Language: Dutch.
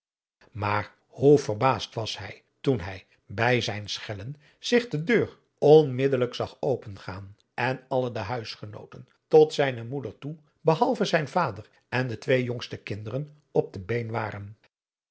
maar hoe verbaasd was hij toen hij bij zijn schellen zich de deur onmiddellijk zag opengedaan en alle de huisgenooten tot zijne moeder toe behalve zijn vader en de twee jongste kinderen op de been waren